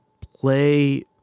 play